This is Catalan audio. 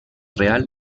real